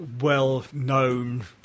well-known